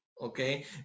Okay